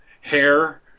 hair